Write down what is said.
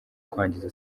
kwangiza